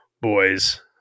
boys